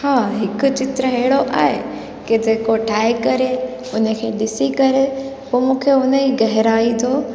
हा हिकु चित्र अहिड़ो आहे की जेको ठाहे करे उन खे ॾिसी करे पोइ मूंखे उन जी गहराई जो